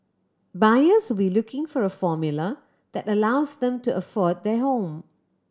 buyers will looking for a formula that allows them to afford their home